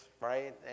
right